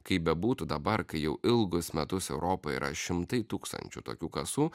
kaip bebūtų dabar kai jau ilgus metus europoje yra šimtai tūkstančių tokių kasų